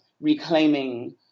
reclaiming